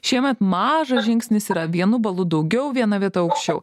šiemet mažas žingsnis yra vienu balu daugiau viena vieta aukščiau